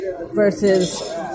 versus